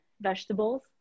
vegetables